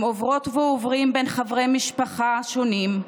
הם עוברות ועוברים בין חברי המשפחה השונים,